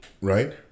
right